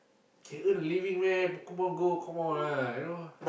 can earn a living meh Pokemon Go come on ah you know